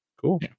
cool